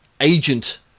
agent